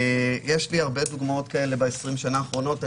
יש לי הרבה דוגמאות כאלה ב-20 השנה האחרונות.